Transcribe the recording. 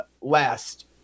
last